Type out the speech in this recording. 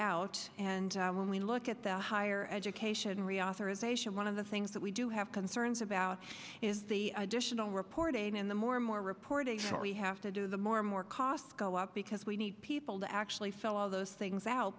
out and when we look at the higher education reauthorization one of the things that we do have concerns about is the additional reporting in the more and more reporting for we have to do the more and more costs go up because we need people to actually sell all those things out